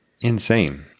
insane